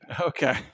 Okay